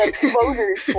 voters